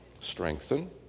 strengthen